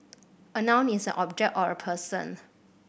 a noun is an object or a person